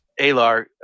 Alar